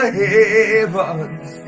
heavens